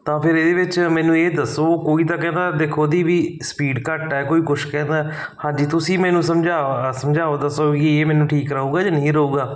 ਤਾਂ ਫਿਰ ਇਹਦੇ ਵਿੱਚ ਮੈਨੂੰ ਇਹ ਦੱਸੋ ਕੋਈ ਤਾਂ ਕਹਿੰਦਾ ਦੇਖੋ ਉਹਦੀ ਵੀ ਸਪੀਡ ਘੱਟ ਹੈ ਕੋਈ ਕੁਛ ਕਹਿੰਦਾ ਹਾਂਜੀ ਤੁਸੀਂ ਮੈਨੂੰ ਸਮਝਾ ਸਮਝਾਓ ਦੱਸੋ ਵੀ ਇਹ ਮੈਨੂੰ ਠੀਕ ਰਹੂਗਾ ਜਾਂ ਨਹੀਂ ਰਹੂਗਾ